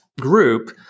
group